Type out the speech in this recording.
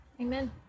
Amen